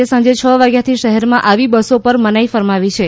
આજે સાંજે છ વાગ્યાથી શહેરમાં આવી બસ પર મનાઇ ફરમાવી છે